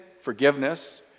forgiveness